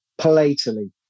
palatally